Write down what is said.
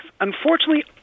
Unfortunately